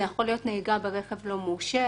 זה יכול להיות נהיגה ברכב לא מורשה,